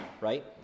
right